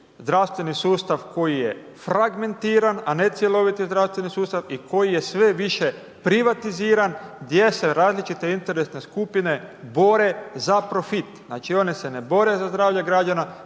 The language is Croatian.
zdravstveni sustav koji je fragmentiran a ne cjeloviti zdravstveni sustav i koji je sve više privatiziran gdje se različite interesne skupine bore za profit. Znači one se ne bore za zdravlje građana